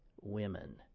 Women